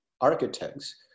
architects